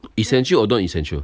essential or non essential